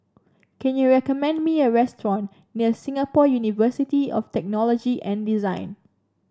can you recommend me a restaurant near Singapore University of Technology and Design